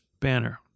Banner